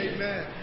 Amen